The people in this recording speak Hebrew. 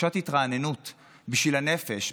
חופשת התרעננות בשביל הנפש,